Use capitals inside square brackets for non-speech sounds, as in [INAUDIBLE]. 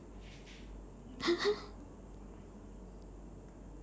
[LAUGHS]